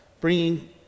Bringing